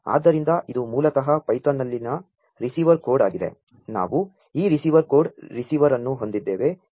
ಆದ್ದರಿಂ ದ ಇದು ಮೂ ಲತಃ ಪೈ ಥಾ ನ್ನಲ್ಲಿನ ರಿಸೀ ವರ್ ಕೋ ಡ್ ಆಗಿದೆ ನಾ ವು ಈ receiver code receiver ಅನ್ನು ಹೊಂ ದಿದ್ದೇ ವೆ Xbee dot p y